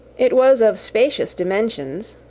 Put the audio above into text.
it was of spacious dimensions,